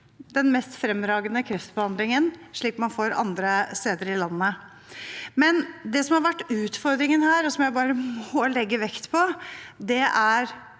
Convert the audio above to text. den mest fremragende kreftbehandlingen, slik man får andre steder i landet. Det som har vært utfordringen her og som jeg må legge vekt på, er